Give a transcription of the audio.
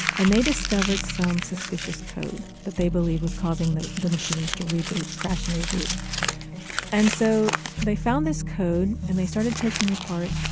and they discovered some suspicious code that they believe was causing the the machines to reboot crash and reboot and so they found this code, and they started taking it apart.